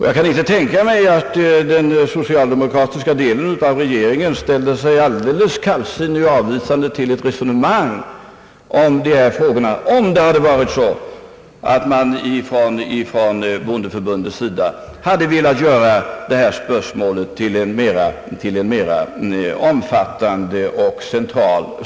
Jag kan inte tänka mig att den socialdemokratiska delen av regeringen ställde sig alldeles kallsinnig och avvisande till ett resonemang i denna fråga, om bondeförbundet hade ansett frågan vara central.